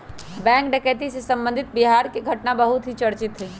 bank डकैती से संबंधित बिहार के घटना बहुत ही चर्चित हई